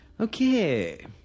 Okay